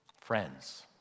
friends